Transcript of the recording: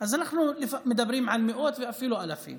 אז אנחנו מדברים על מאות ואפילו על אלפים.